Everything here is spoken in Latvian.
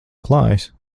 klājas